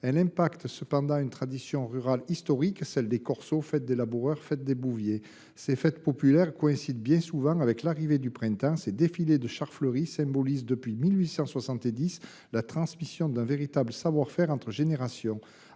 Elle a cependant un effet sur une tradition rurale historique : celle des corsos, des fêtes des laboureurs, des fêtes des bouviers. Ces fêtes populaires coïncident bien souvent avec l’arrivée du printemps. Ces défilés de chars fleuris symbolisent depuis 1870 la transmission d’un véritable savoir faire entre générations,